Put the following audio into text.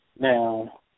Now